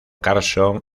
carson